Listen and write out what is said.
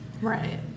Right